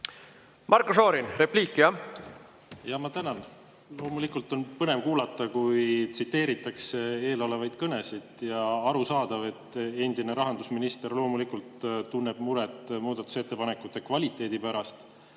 välja ütles. Aitäh! Ma tänan! Loomulikult on põnev kuulata, kui tsiteeritakse eelmisi kõnesid, ja arusaadav, et endine rahandusminister loomulikult tunneb muret muudatusettepanekute kvaliteedi pärast.